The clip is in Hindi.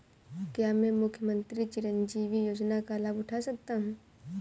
क्या मैं मुख्यमंत्री चिरंजीवी योजना का लाभ उठा सकता हूं?